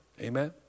Amen